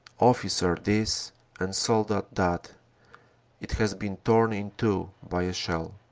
officier this and soldat that it has been torn in two by a shell.